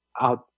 out